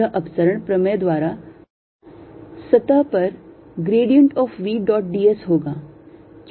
यह अपसरण प्रमेय द्वारा सतह पर grad of V dot d s होगा